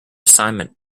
assignment